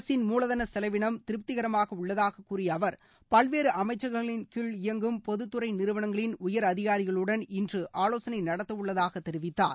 அரசின் மூலதன செலவினம் திருப்திகரமாக உள்ளதாக கூறிய அவர் பல்வேறு அமைச்சகங்களின்கீழ் இயங்கும் பொதுத் துறை நிறுவனங்களின் உயரதிகாரிகளுடன் இன்று ஆலோசனை நடத்தவுள்ளதாக தெரிவித்தார்